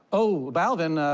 oh, alvin.